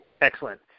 Excellent